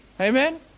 Amen